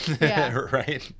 right